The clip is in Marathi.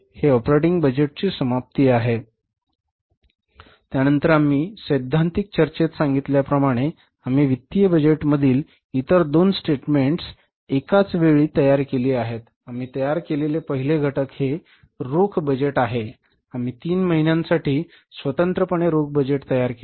हे ऑपरेटिंग बजेटची समाप्ती आहे त्यानंतर आम्ही सैद्धांतिक चर्चेत सांगितल्याप्रमाणे आम्ही वित्तीय बजेटमधील इतर दोन स्टेटमेन्ट्स एकाच वेळी तयार केली आम्ही तयार केलेले पहिले घटक हे रोख बजेट आहे आम्ही तीन महिन्यांसाठी स्वतंत्रपणे रोख बजेट तयार केले